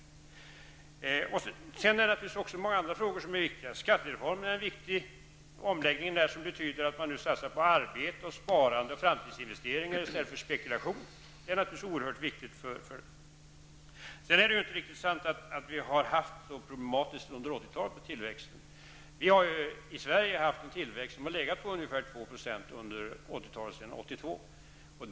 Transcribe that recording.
Även många andra frågor är naturligtvis viktiga. Skattereformen är viktig. Denna skatteomläggning, som betyder att man nu satsar på arbete, sparande och framtidsinvesteringar i stället för på spekulation, är naturligtvis oerhört viktig. Det är inte riktigt sant att vi har haft så stora problem med tillväxten under 80-talet. I Sverige har vi haft en tillväxt på ungefär 2 % sedan 1982.